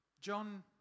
John